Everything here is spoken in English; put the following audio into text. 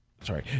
Sorry